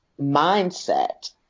mindset